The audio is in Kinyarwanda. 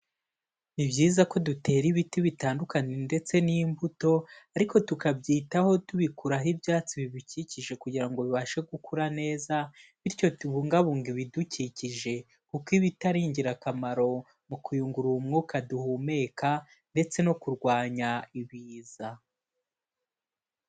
Ni byiza ko dutera ibiti bitandukanye ndetse n'imbuto ariko tukabyitaho tubikuraho ibyatsi bibikikije kugira ngo bibashe gukura neza, bityo tubungabunga ibidukikije kuko ibiti ari ingirakamaro mu kuyungura mwuka duhumeka ndetse no kurwanya ibiza.